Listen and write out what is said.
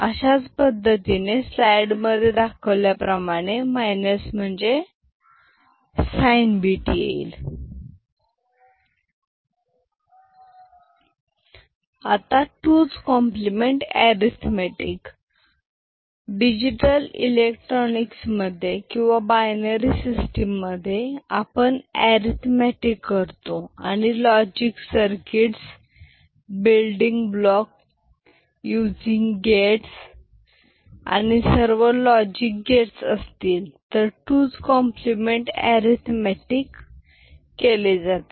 अशाच पद्धतीने स्लाइडमध्ये दाखवल्याप्रमाणे मायनस म्हणजे साइन बीट येईल डिजिटल इलेक्ट्रॉनिक्स मध्ये किंवा बाइनरी सिस्टीम मध्ये आपण अरिथमॅटिक करतो आणि logic circuits building block using gates आणि सर्व लॉजिक गेट असतील तर 2s complement arithmetic 2s compliment arithmetic केली जाते